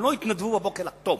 הם לא התנדבו בבוקר לחתום.